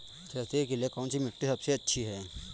खेती के लिए कौन सी मिट्टी सबसे अच्छी है?